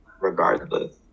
regardless